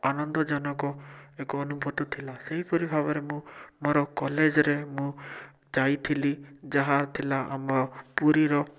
ଆନନ୍ଦଜନକ ଏକ ଅନୁଭୂତି ଥିଲା ସେହିପରି ଭାବରେ ମୁଁ ମୋର କଲେଜ୍ରେ ମୁଁ ଯାଇଥିଲି ଯାହାଥିଲା ଆମ ପୁରୀର